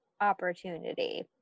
opportunity